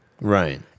right